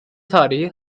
tarihi